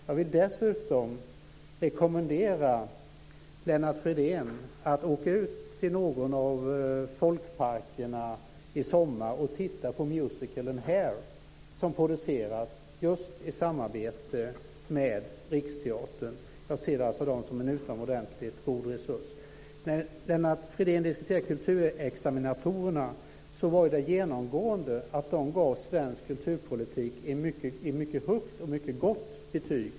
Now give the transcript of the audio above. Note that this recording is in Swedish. Jag vill dessutom rekommendera Lennart Fridén att åka ut till någon av folkparkerna i sommar och titta på musikalen Hair som produceras just i samarbete med Riksteatern. Jag ser dem som en utomordentligt god resurs. De gav genomgående svensk kulturpolitik ett mycket gott betyg.